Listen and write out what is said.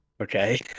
okay